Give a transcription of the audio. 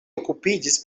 okupiĝis